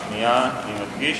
השנייה, אני מדגיש.